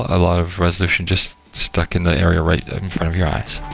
a lot of resolution, just stuck in the area right in front of your eyes